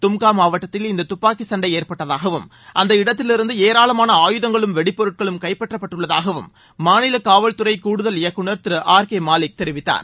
தும்கா மாவட்டத்தில் இந்த துப்பாக்கிச் சண்டை ஏற்பட்டதாகவும் அந்த இடத்திலிருந்து ஏராளமான ஆயுதங்களும் வெடிப்பொருட்களும் கைப்பற்றப்பட்டுள்ளதாகவும் மாநில காவல்துறை கூடுதல் இயக்குனர் திரு ஆர் கே மாலிக் தெரிவித்தார்